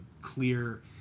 clear